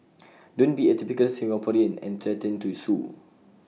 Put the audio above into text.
don't be A typical Singaporean and threaten to sue